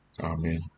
Amen